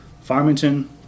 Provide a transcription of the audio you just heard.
Farmington